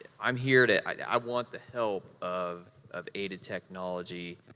i'm here to, i want the help of of aided technology,